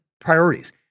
priorities